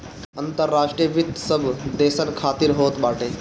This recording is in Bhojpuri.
अंतर्राष्ट्रीय वित्त सब देसन खातिर होत बाटे